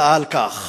מחאה על כך